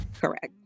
Correct